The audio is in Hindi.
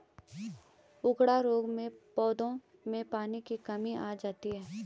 उकडा रोग में पौधों में पानी की कमी आ जाती है